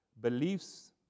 Beliefs